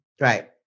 Right